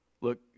Look